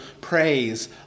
praise